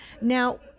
now